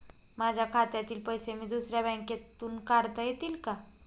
माझ्या खात्यातील पैसे मी दुसऱ्या बँकेतून काढता येतील का?